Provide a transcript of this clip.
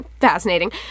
fascinating